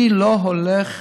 אני לא הולך